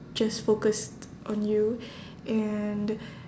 just focused on you and